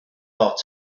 wort